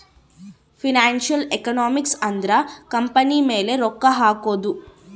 financial economics ಅಂದ್ರ company ಮೇಲೆ ರೊಕ್ಕ ಹಕೋದು